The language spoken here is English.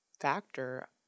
factor